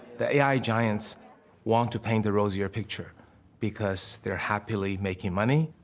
the a i. giants want to paint the rosier picture because they're happily making money.